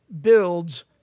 builds